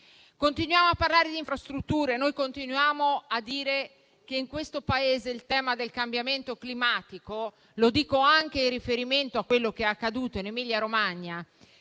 Continuiamo a parlare di infrastrutture e a dire che in questo Paese il tema del cambiamento climatico - lo dico anche con riferimento a quello che è accaduto in Emilia-Romagna